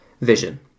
vision